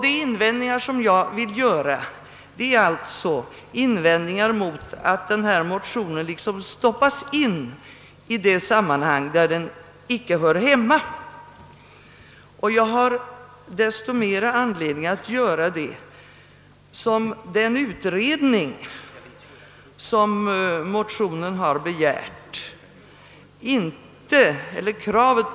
De invändningar som jag vill göra gäller att denna motion stoppas in i ett sammanhang där den icke hör hemma. Jag har desto större anledning att göra invändningar som det krav på utredning, som framställts i motionen, inte utan vidare har biträtts av utskottet.